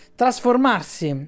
trasformarsi